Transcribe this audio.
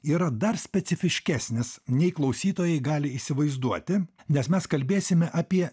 yra dar specifiškesnis nei klausytojai gali įsivaizduoti nes mes kalbėsime apie